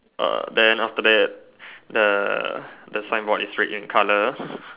err then after that the the signboard is red in colour